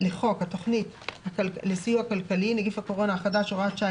לחוק התכנית לסיוע כלכלי (נגיף הקורונה החדש) (הוראת שעה),